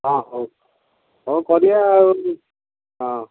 ହଁ ହଉ ହଉ କରିବା ଆଉ ହଁ